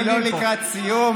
אני לא לקראת סיום,